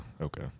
Okay